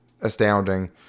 astounding